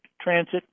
transit